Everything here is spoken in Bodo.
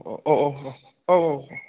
औ औ औ औ औ